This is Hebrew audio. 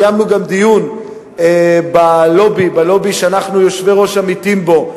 קיימנו גם דיון בלובי שאנחנו יושבי-ראש עמיתים בו,